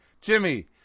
Jimmy